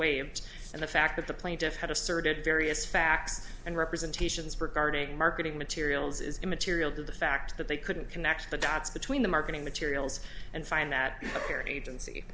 waived and the fact that the plaintiffs had asserted various facts and representations regarding marketing materials is immaterial to the fact that they couldn't connect the dots between the marketing materials and find that a